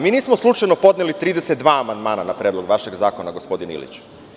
Mi nismo slučajno podneli 32 amandmana na predlog vašeg zakona, gospodine Iliću.